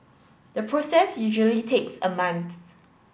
the process usually takes a month